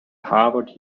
harvard